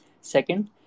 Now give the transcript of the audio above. Second